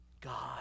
God